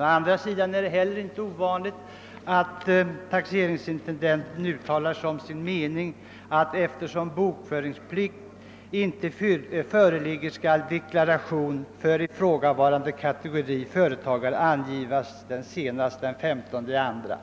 Å andra sidan är det inte heller ovanligt att en taxeringsintendent uttalar som sin mening »att eftersom bokföringsplikt inte föreligger» skall deklarationen för ifrågavarande kategori företagare avgivas senast den 15 februari.